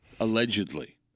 Allegedly